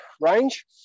range